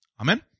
Amen